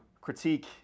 critique